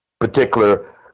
particular